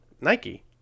Nike